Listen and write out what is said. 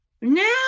now